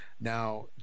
Now